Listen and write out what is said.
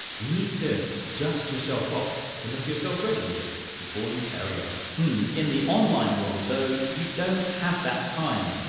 you need to dust yourself off to make yourself ready again, before you carry on. rob in the online world though, you don't have that time.